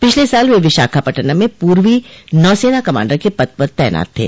पिछले साल वे विशाखापाद्टनम में पूर्वी नौसेना कमांडर के पद पर तैनात थे